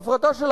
שם